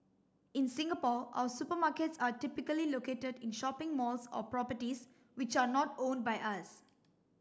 in Singapore our supermarkets are typically located in shopping malls or properties which are not owned by us